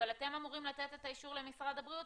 אבל אתם אמורים לתת את האישור למשרד הבריאות,